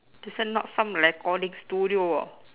this one not some recording studio orh